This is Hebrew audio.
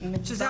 שזו,